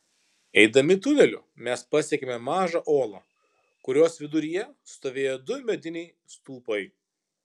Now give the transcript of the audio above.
eidami tuneliu mes pasiekėme mažą olą kurios viduryje stovėjo du mediniai stulpai